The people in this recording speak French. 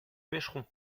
pêcheront